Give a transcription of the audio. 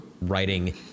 writing